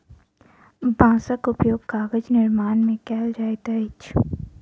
बांसक उपयोग कागज निर्माण में कयल जाइत अछि